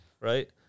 right